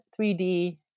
3D